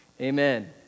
Amen